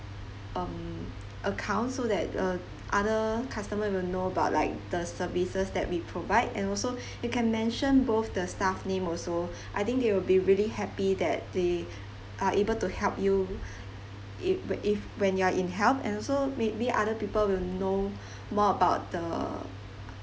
um account so that uh other customers will know about like the services that we provide and also you can mention both the staff name also I think they will be really happy that they are able to help you if if when you are in help and also maybe other people will know more about the